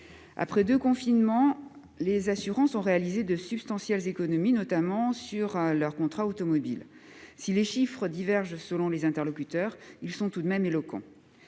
Après deux confinements, les assurances ont réalisé de substantielles économies, notamment sur leurs contrats automobiles. Si les chiffres divergent selon les interlocuteurs, ils sont tout de même éloquents.